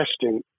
testing